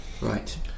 right